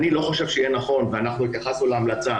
אני לא חושב שיהיה נכון והתייחסנו להמלצה